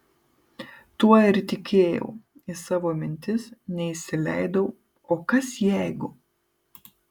tuo ir tikėjau į savo mintis neįsileidau o kas jeigu